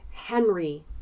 Henry